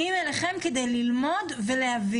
וגורמי המקצוע מגיעים אליכם כדי ללמוד ולהבין.